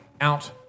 out